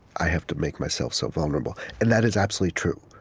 i have to make myself so vulnerable. and that is absolutely true.